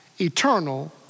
eternal